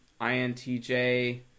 INTJ